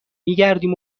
میگردیم